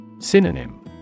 Synonym